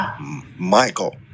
Michael